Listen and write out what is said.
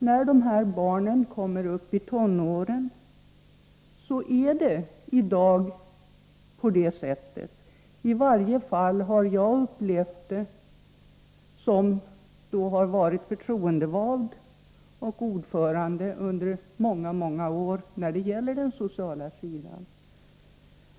När de här barnen kommer upp i tonåren, kommer en del av dem som har farit illa till socialbyrån, till en förtroendevald eller en tjänsteman och talar om sina problem.